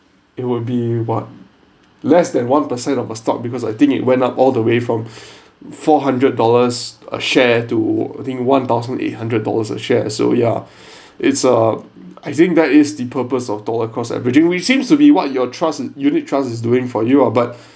it will be what less than one percent of a stock because I think it went up all the way from four hundred dollars a share to I think one thousand eight hundred dollars a share so yeah it's uh I think that is the purpose of dollar cost averaging we seems to be what your trust and unit trusts is doing for you ah but